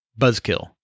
buzzkill